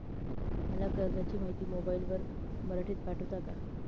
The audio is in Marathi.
मला कर्जाची माहिती मोबाईलवर मराठीत पाठवता का?